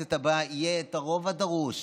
שבכנסת הבאה יהיה את הרוב הדרוש